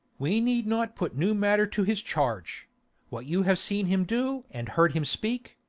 we need not put new matter to his charge what you have seen him do and heard him speak,